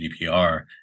GDPR